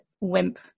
wimp